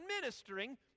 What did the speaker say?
ministering